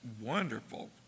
wonderful